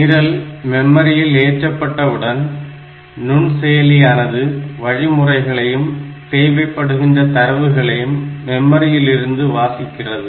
நிரல் மெமரியில் ஏற்றப்பட்ட உடன் நுண்செயலியானது வழிமுறைகளையும் தேவைப்படுகின்ற தரவுகளையும் மெமரியில் இருந்து வாசிக்கிறது